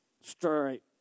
straight